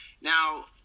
Now